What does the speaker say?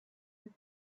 with